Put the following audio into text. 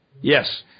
Yes